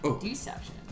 Deception